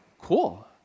Cool